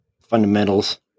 fundamentals